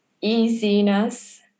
easiness